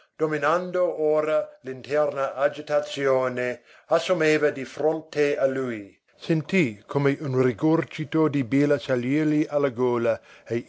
dominando ora l'interna agitazione assumeva di fronte a lui sentì come un rigurgito di bile salirgli alla gola